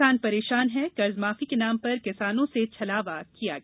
किसान परेशान है कर्जमाफी के नाम पर किसानों से छलावा किया गया